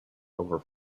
over